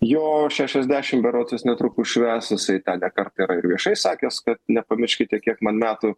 jo šešiasdešim berods jis netrukus švęs jisai tą ne kartą yra ir viešai sakęs kad nepamirškite kiek man metų